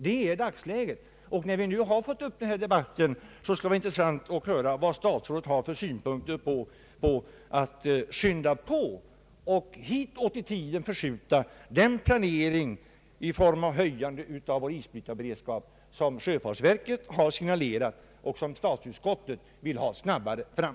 Det är alltså dagsläget, och när vi nu fått upp denna fråga till debatt vore det intressant att få höra vilka synpunkter statsrådet har på att påskynda denna fråga och hitåt i tiden förskjuta den planering i form av höjande av vår isbrytarberedskap som sjöfartsverket har signalerat och som statsutskottet vill ha snabbare fram.